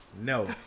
no